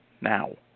now